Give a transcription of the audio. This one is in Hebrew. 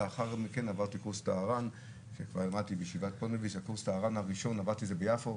לאחר מכן עברתי קורס ער"ן הראשון עברתי את זה ביפו,